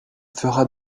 fera